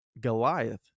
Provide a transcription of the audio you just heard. Goliath